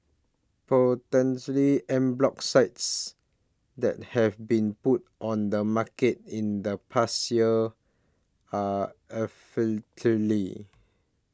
potentially en bloc sites that have been put on the market in the past year are